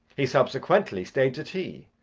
he subsequently stayed to tea,